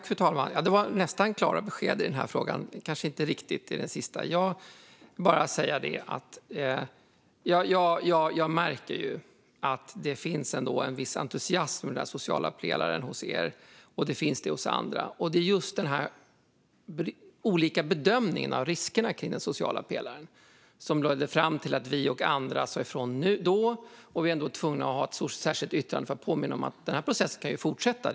Fru talman! Ja, det var nästan klara besked - men kanske inte riktigt i den sista frågan. Jag märker att det finns en viss entusiasm över den sociala pelaren hos er och andra. Och det var just de olika bedömningarna av riskerna med den sociala pelaren som ledde fram till att vi och andra sa ifrån då. Nu är vi tvungna att ha ett särskilt yttrande för att påminna om att denna process kan fortsätta.